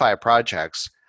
projects